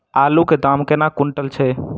आलु केँ दाम केना कुनटल छैय?